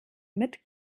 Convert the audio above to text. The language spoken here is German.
mit